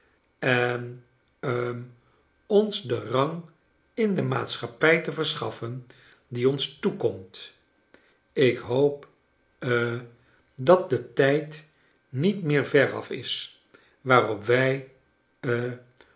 en hm ons den rang in de maatschappij te verschaffen die ons toekomt ik hoop ha dat de tijd niet meer veraf is waarop wij ha